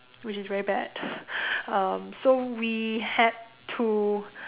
which is very bad um so we had to